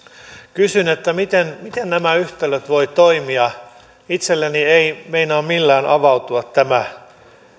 kysyn miten miten nämä yhtälöt voivat toimia itselleni ei meinaa millään avautua tämä